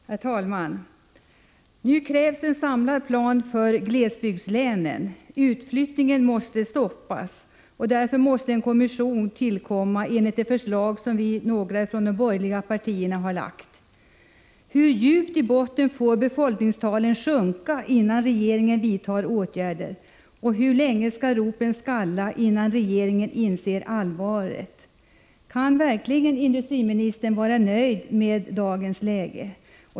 Herr talman! Nu krävs en samlad plan för glesbygdslänen! Utflyttningen måste stoppas, och därför måste en kommission tillsättas enligt ett förslag som några från de borgerliga partierna har väckt. Hur djupt i botten får befolkningstalen sjunka innan regeringen vidtar 19 åtgärder? Och hur länge skall ropen skalla innan regeringen inser allvaret? Kan industriministern verkligen vara nöjd med dagens läge?